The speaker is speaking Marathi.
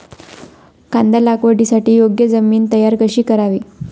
कांदा लागवडीसाठी योग्य जमीन तयार कशी करावी?